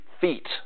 feet